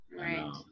Right